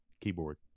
keyboard